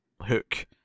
hook